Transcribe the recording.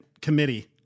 Committee